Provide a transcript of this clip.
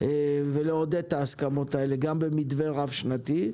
ולעודד את ההסכמות האלה, גם במתווה רב שנתי.